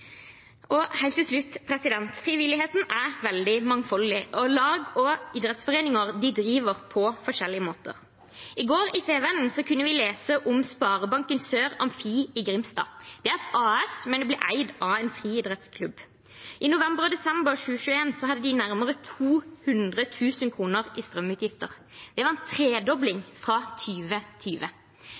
Helt til slutt: Frivilligheten er veldig mangfoldig. Lag og idrettsforeninger driver på forskjellige måter. I går kunne vi lese i Fædrelandsvennen om Sparebanken Sør Amfi Grimstad. Det er et AS, men det eies av en friidrettsklubb. I november og desember 2021 hadde de nærmere 200 000 kr i strømutgifter. Det var en tredobling fra